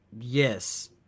yes